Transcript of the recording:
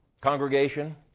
congregation